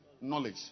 knowledge